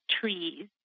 trees